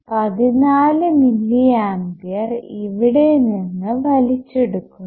14 milliampere ഇവിടെ നിന്ന് വലിക്കുന്നു